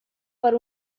per